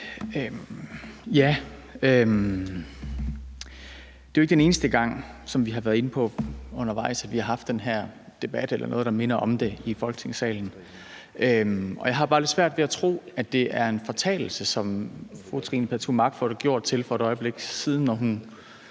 (S): Det er jo ikke den eneste gang, som vi har været inde på undervejs, at vi har haft den her debat eller noget, der minder om det, i Folketingssalen. Jeg har bare lidt svært ved at tro, at det er en fortalelse, som fru Trine Pertou Mach får det gjort til for et øjeblik siden, når hun